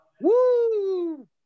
Woo